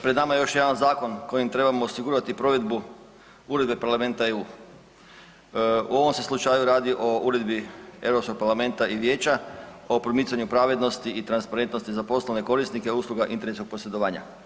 Pred nama je još jedan zakon kojim trebamo osigurati provedbu Uredbe Parlamenta EU, u ovom se slučaju radi o uredbi Europskog parlamenta i Vijeća o promicanju pravednosti i transparentnosti za poslovne korisnike usluga internetskog posredovanja.